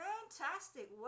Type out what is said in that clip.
Fantastic